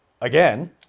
Again